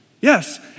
Yes